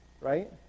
right